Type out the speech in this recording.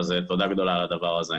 אז תודה גדולה על הדבר הזה.